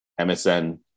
msn